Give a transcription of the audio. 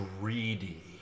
greedy